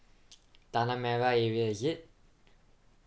tanah merah area is it